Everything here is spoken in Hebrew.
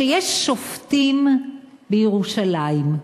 שיש שופטים בירושלים.